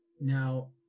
now